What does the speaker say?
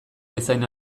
bezain